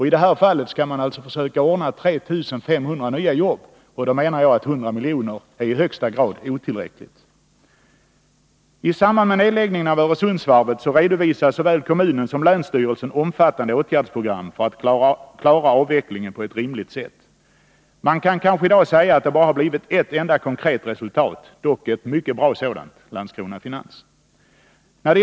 I detta fall skall man försöka ordna 3 500 nya jobb, och då menar jag att 100 milj.kr. är i högsta grad otillräckligt. I samband med nedläggningen av Öresundsvarvet redovisade såväl kommunen som länsstyrelsen omfattande åtgärdsprogram för att klara avvecklingen på ett rimligt sätt. Man kan kanske i dag säga att det bara blivit ett enda konkret resultat, dock ett mycket bra sådant — Landskrona Finans.